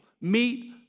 meet